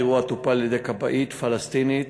האירוע טופל על-ידי כבאית פלסטינית.